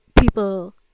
People